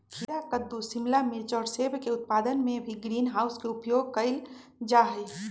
खीरा कद्दू शिमला मिर्च और सब के उत्पादन में भी ग्रीन हाउस के उपयोग कइल जाहई